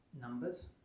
numbers